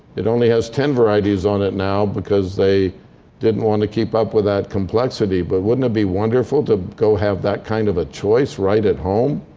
it only has ten varieties on it now because they didn't want to keep up with that complexity. but wouldn't it be wonderful to go have that kind of a choice right at home?